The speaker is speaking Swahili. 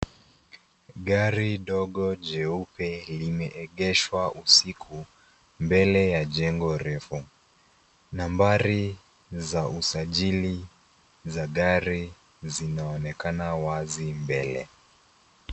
Gari dogo jeupe limeegeshwa usiku mbele ya jengo refu. Nambari za usajili za gari zinaonekana wazi mbele .